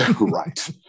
Right